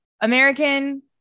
American